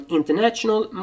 International